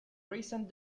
recent